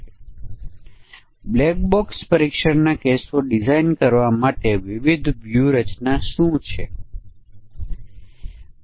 એ જ રીતે આપણી પાસે મજબૂત રોબસ્ટ સમાનતા ક્લાસ પરીક્ષણ હોઈ શકે છે